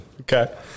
Okay